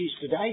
today